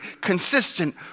consistent